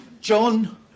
John